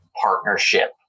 partnership